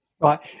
Right